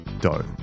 dough